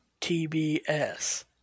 TBS